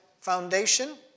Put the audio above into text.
foundation